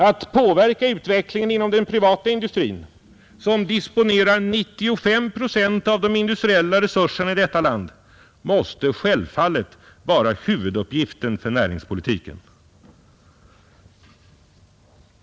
Att påverka utvecklingen inom den privata industrin, som disponerar över 95 procent av de industriella resurserna i detta land, måste självfallet vara huvuduppgiften för näringspolitiken.